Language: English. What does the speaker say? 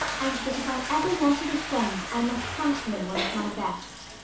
and that if i ever wanted a friend i must count him one of my best.